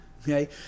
Okay